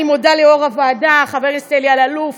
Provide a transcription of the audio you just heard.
אני מודה ליושב-ראש הוועדה חבר הכנסת אלי אלאלוף,